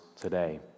today